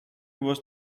was